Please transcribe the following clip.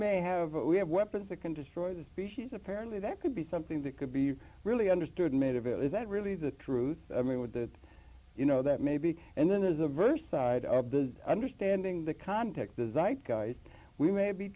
may have we have weapons that can destroy the species apparently that could be something that could be really understood made of it is that really the truth i mean with the you know that maybe and then there's a verse side of the understanding the context design we may be